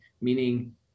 meaning